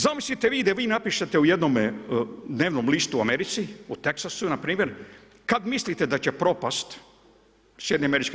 Zamislite vi da vi napišete u jednom dnevnom listu u Americi, u Teksasu npr. kad mislite da će propasti SAD.